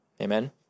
Amen